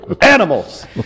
Animals